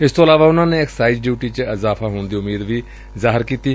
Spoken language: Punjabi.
ਇਸ ਤੋ ਇਲਾਵਾ ਉਨਾਂ ਨੇ ਐਕਸਾਈਜ਼ ਡਿਊਟੀ ਚ ਇਜ਼ਾਫ਼ਾ ਹੋਣ ਦੀ ਉਮੀਦ ਵੀ ਜਤਾਈ